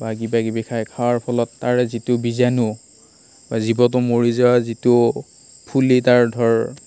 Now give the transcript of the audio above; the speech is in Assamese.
বা কিবিকিবি খায় খোৱাৰ ফলত তাৰে যিটো বীজাণু বা জীৱটো মৰি যোৱা যিটো ফুলি তাৰ ধৰ